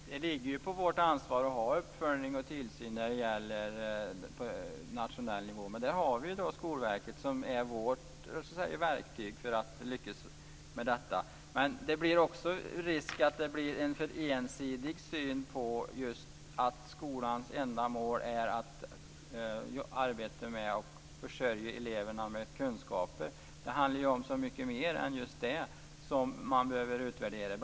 Fru talman! Det ligger ju på vårt ansvar att utöva tillsyn och uppföljning på nationell nivå, men vi har Skolverket som vårt verktyg för detta. Det är vidare risk att det blir en för ensidig inriktning, att skolans enda mål är att försörja eleverna med kunskaper. Det är så mycket mer än just detta som behöver utvärderas.